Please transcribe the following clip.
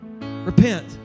Repent